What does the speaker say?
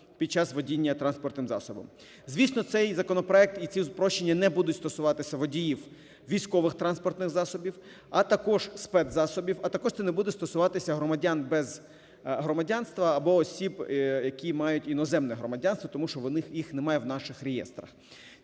під час водіння транспортним засобом. Звісно, цей законопроект і ці спрощення не будуть стосуватися водіїв військових транспортних засобі, а також спецзасобів. А також це не буде стосуватися громадян без громадянства або осіб, які мають іноземне громадянство, тому що їх немає в наших реєстрах.